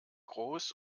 groß